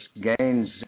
gains